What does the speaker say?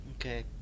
Okay